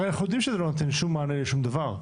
הרי אנחנו יודעים שזה לא נותן שום מענה לשום דבר.